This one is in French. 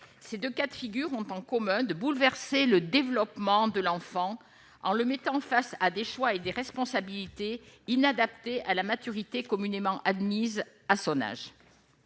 ces 2 cas de figure, ont en commun de bouleverser le développement de l'enfant en le mettant face à des choix et des responsabilités inadapté à la maturité communément admise à son âge,